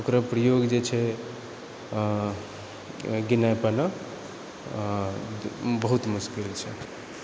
ओकरो प्रयोग जे छै किए बिना बहुत मुश्किल छै